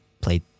played